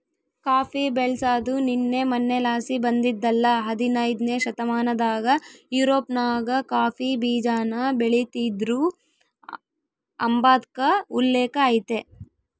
coffee ಬೆಳ್ಸಾದು ನಿನ್ನೆ ಮನ್ನೆಲಾಸಿ ಬಂದಿದ್ದಲ್ಲ ಹದನೈದ್ನೆ ಶತಮಾನದಾಗ ಯುರೋಪ್ನಾಗ ಕಾಫಿ ಬೀಜಾನ ಬೆಳಿತೀದ್ರು ಅಂಬಾದ್ಕ ಉಲ್ಲೇಕ ಐತೆ